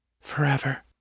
Forever